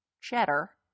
cheddar